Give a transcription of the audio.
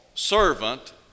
servant